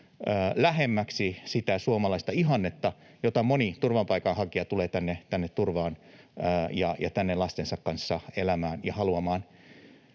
lähemmäksi sitä suomalaista ihannetta, jota moni turvapaikanhakija tänne lastensa kanssa tulee elämään ja haluamaan.